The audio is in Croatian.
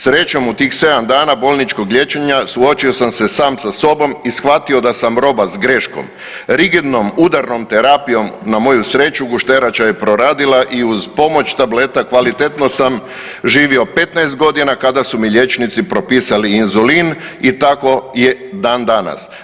Srećom u tih 7 dana bolničkog liječenja suočio sam se sam sa sobom i shvatio da sam roba s greškom, rigidnom, udarnom terapijom na mogu sreću gušterača je proradila i uz pomoć tableta kvalitetno sam živio 15 godina kada su mi liječnici propisali inzulin i tako je dan danas.